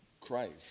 Christ